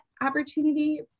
opportunity